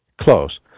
Close